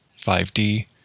5D